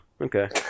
Okay